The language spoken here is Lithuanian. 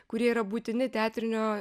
kurie yra būtini teatrinio